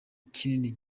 kinini